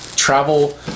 travel